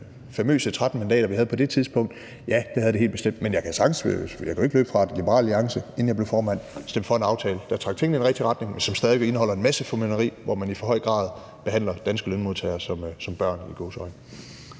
famøse 13 mandater, vi havde på det tidspunkt? Ja, det havde det helt bestemt. Men jeg kan jo ikke løbe fra, at Liberal Alliance, inden jeg blev formand, stemte for en aftale, der trak tingene i den rigtige retning, men som stadig væk indeholder en masse formynderi, hvor man i for høj grad behandler danske lønmodtagere som børn – i gåseøjne.